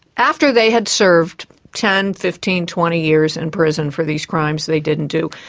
after they had served ten, fifteen, twenty years in prison for these crimes they didn't do.